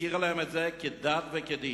והשכירה להם את זה כדת וכדין,